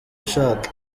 ushaka